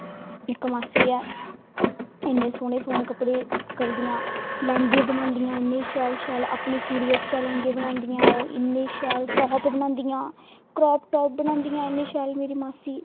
इक मासी ऐ इ'न्ने सोह्ने सोह्ने कपड़े करदियां लैंह्गे बनांदियां इ'न्ने शैल शैल अपनी कुड़ी आस्तै लैंह्गे बनांदियां ओह् इ'न्ने सैल टॉप बनांदियां क्राप टॉप बनांदियां इ'न्ने शैल मेरी मासी